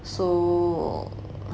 so